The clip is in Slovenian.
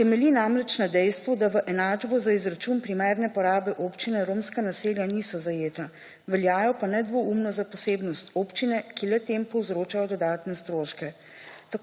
Temelji namreč na dejstvu, da v enačbo za izračun primerne porabe občine romska naselja niso zajeta, veljajo pa nedvomno za posebnost občine. Zato se na podlagi te določbe